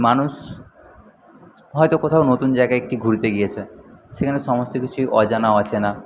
মানুষ হয়তো কোথাও নতুন জায়গায় একটি ঘুরতে গিয়েছে সেখানে সমস্ত কিছুই অজানা অচেনা